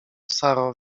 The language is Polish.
saro